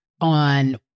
on